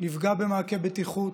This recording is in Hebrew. נפגע ממעקה בטיחות.